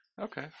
Okay